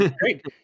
great